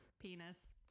penis